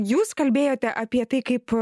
jūs kalbėjote apie tai kaip